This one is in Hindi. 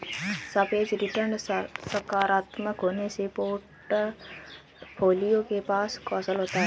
सापेक्ष रिटर्न सकारात्मक होने से पोर्टफोलियो के पास कौशल होता है